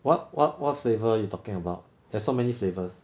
what what what flavour you talking about there's so many flavours